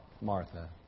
Martha